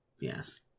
Yes